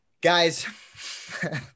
guys